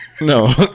No